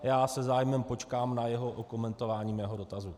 Já se zájmem počkám na jeho okomentování mého dotazu.